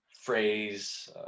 phrase